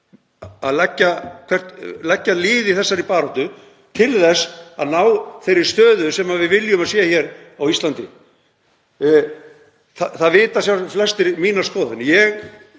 að leggja lið í þessari baráttu til þess að ná þeirri stöðu sem við viljum að sé hér á Íslandi. Það vita sjálfsagt flestir mína skoðun. Ég